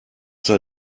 sei